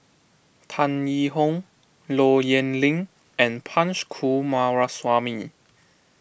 Tan Yee Hong Low Yen Ling and Punch Coomaraswamy